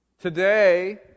Today